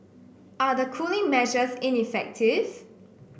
are the cooling measures ineffective